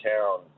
town